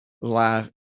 life